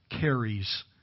carries